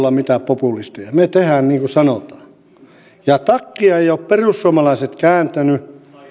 ole mitään populisteja me teemme niin kuin sanotaan ja takkia eivät ole perussuomalaiset kääntäneet